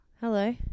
Hello